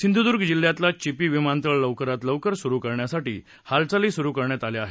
सिंधूंदूर्ग जिल्ह्यातलं चिपी विमानतळ लवकरात लवकर सुरू करण्यासाठी हालचाली सुरू झाल्या आहेत